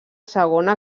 segona